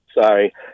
Sorry